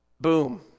Boom